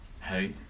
Hey